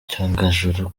cyogajuru